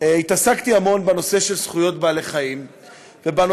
התעסקתי המון בנושא של זכויות בעלי-חיים ובנושא,